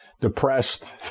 depressed